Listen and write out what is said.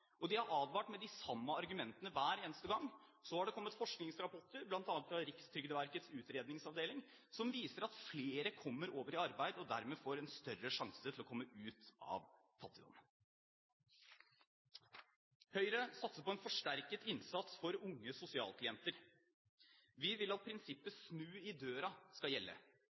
Og de har advart med de samme argumentene hver eneste gang. Så har det kommet forskningsrapporter, bl.a. fra Rikstrygdeverkets utredningsavdeling, som viser at flere kommer over i arbeid og dermed får en større sjanse til å komme ut av fattigdommen. Høyre satser på en forsterket innsats for unge sosialklienter. Vi vil at prinsippet «Snu i døra» skal gjelde,